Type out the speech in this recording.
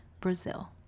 Brazil